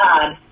god